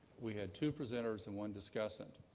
we had two presenters and one discussant.